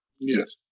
Yes